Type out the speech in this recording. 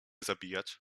zabijać